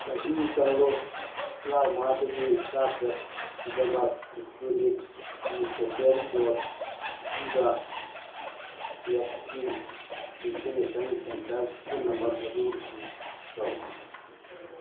ꯆꯍꯤ ꯀꯥꯡꯂꯨꯞ ꯇꯔꯥ ꯃꯉꯥꯗꯒꯤ ꯇꯔꯥ ꯇꯔꯦꯠꯀꯤꯗꯃꯛ ꯁ꯭ꯄꯨꯅꯤꯛꯀꯤ ꯁꯦꯀꯦꯟ ꯗꯣꯁ ꯄꯤꯕ ꯄꯦꯗꯀꯤ ꯕꯦꯛꯁꯤꯅꯦꯁꯟ ꯁꯦꯟꯇꯔ ꯄꯨꯝꯅꯃꯛ ꯑꯗꯨ ꯂꯤꯁ ꯇꯧ